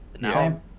Now